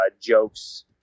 jokes